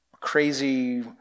crazy